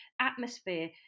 atmosphere